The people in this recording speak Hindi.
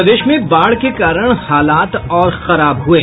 प्रदेश में बाढ़ के कारण हालात और खराब हये